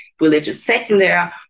religious-secular